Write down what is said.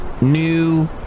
New